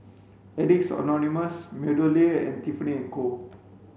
Addicts Anonymous MeadowLea and Tiffany and Co